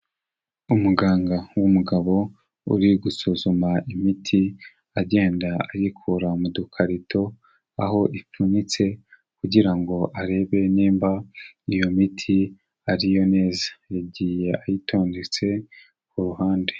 Umuganga w'umugabo uri gusuzuma imiti, agenda ayikura mu dukarito aho ipfunyitse kugira ngo arebe niba iyo miti ari yo neza, yagiye ayitondetse ku ruhande.